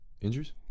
injuries